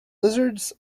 lizards